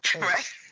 Right